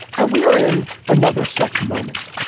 and we are in another such moment.